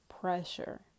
pressure